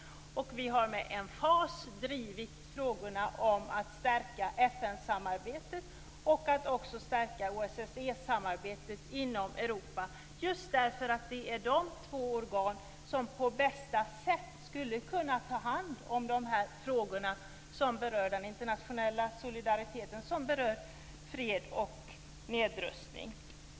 Vi har med emfas drivit frågorna om att man skall stärka FN samarbetet och att även stärka OSSE-samarbetet inom Europa just därför att det är dessa två organ som på bästa sätt skulle kunna ta hand om dessa frågor som berör den internationella solidariteten och som berör fred och nedrustning.